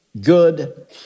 good